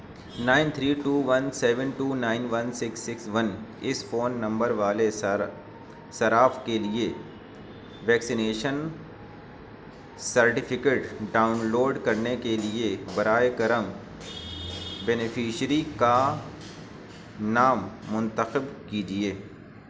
nine three two one seven two nine one six six one اس phone number والے صراف کے لیے ویکسینیشن سرٹیفکیٹ ڈاؤن لوڈ کرنے کے لیے براہ کرم بینیفیشئری کا نام منتخب کیجیے